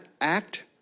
act